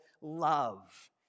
love